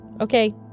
Okay